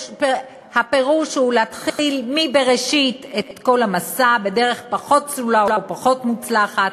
הפירוש הוא להתחיל מבראשית את כל המסע בדרך פחות סלולה ופחות מוצלחת,